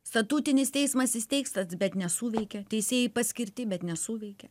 statutinis teismas įsteigtas bet nesuveikė teisėjai paskirti bet nesuveikė